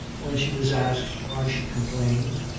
when she was asked why she complained,